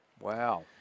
Wow